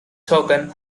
token